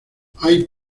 hay